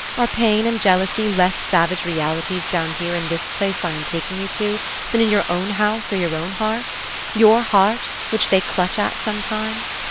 are pain and jealousy less savage realities down here in this place i am taking you to than in your own house or your own heart your heart, which they clutch at sometimes?